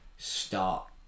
start